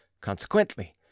Consequently